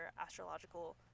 astrological